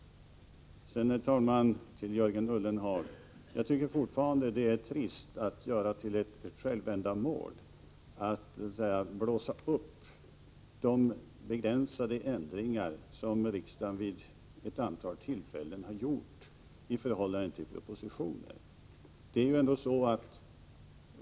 Sedan, herr talman, till Jörgen Ullenhag: Jag tycker fortfarande att det är trist när man gör till ett självändamål att blåsa upp de begränsade ändringar i förhållande till propositioner som riksdagen vid ett antal tillfällen har gjort.